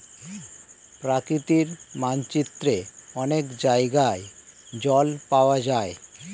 প্রকৃতির মানচিত্রে অনেক জায়গায় জল পাওয়া যায়